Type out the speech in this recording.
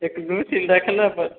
एक दो दिन रखना पड़